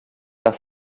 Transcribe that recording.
par